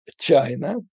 China